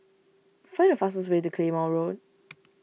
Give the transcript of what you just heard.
find the fastest way to Claymore Road